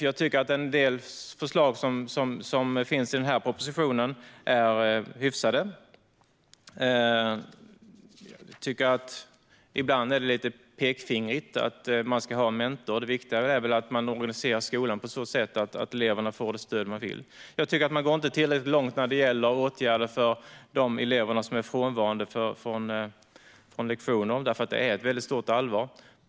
Jag tycker att en del förslag i propositionen är hyfsade. Ibland är det lite "pekfingrigt". Man ska till exempel ha en mentor. Det är väl viktigare att man organiserar skolan på så sätt att eleverna får det stöd de vill ha. Jag tycker inte att man går tillräckligt långt när det gäller åtgärder för de elever som är frånvarande från lektioner. Det är ett allvarligt problem.